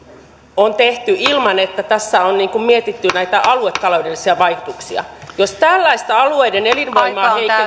on tehty ilman että tässä on mietitty näitä aluetaloudellisia vaikutuksia jos tällaista alueiden elinvoimaa